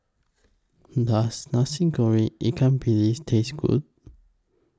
Does Nasi Goreng Ikan Bilis Taste Good